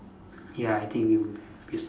ya I think you pissed off